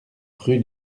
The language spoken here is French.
rue